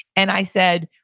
and i said,